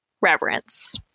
reverence